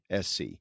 SC